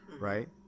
right